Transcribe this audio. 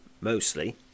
mostly